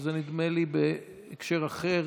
וזה נדמה לי בהקשר אחר,